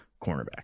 cornerback